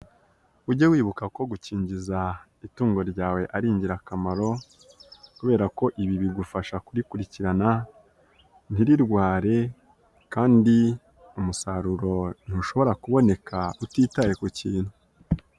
Ujye wibuka ko gukingiza itungo ryawe ari ingirakamaro kubera ko ibi bigufasha kurikurikirana ntirirware kandi umusaruro ntushobora kuboneka utitaye ku kintu.